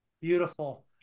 Beautiful